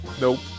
Nope